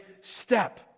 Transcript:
step